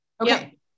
Okay